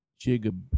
Jigab